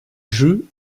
jeux